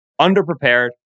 underprepared